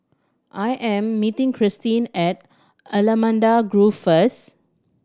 I am meeting Kristin at Allamanda Grove first